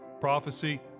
prophecy